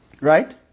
Right